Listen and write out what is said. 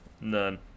None